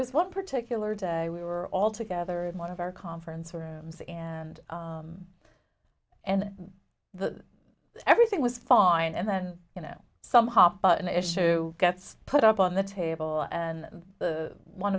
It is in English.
was one particular day we were all together in one of our conference rooms and and the everything was fine and then you know some hot button issue gets put up on the table and one o